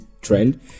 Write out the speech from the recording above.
trend